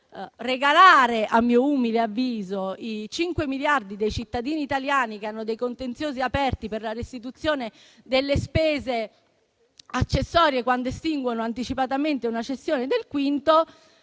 regalare - a mio umile avviso - i cinque miliardi dei cittadini italiani che hanno dei contenziosi aperti per la restituzione delle spese accessorie, quando estinguono anticipatamente una cessione del quinto.